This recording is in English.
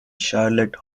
charlotte